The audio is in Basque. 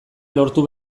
lortu